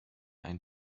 ein